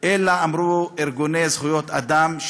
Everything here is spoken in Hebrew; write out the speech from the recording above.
אלא אמרו ארגוני זכויות אדם.